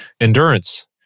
endurance